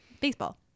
Baseball